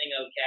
okay